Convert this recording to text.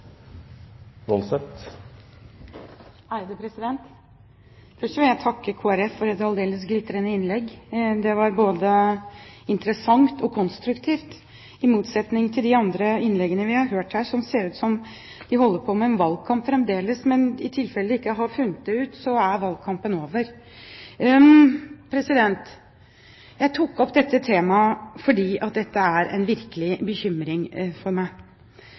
Først vil jeg takke representanten for Kristelig Folkeparti for et aldeles glitrende innlegg. Det var både interessant og konstruktivt, i motsetning til de andre innleggene vi har hørt her, der det høres ut som man holder på med en valgkamp fremdeles. Men i tilfelle de ikke har funnet det ut, så er valgkampen over. Jeg tok opp dette temaet fordi det er en virkelig bekymring for meg.